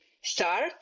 start